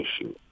issue